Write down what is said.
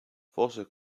vossen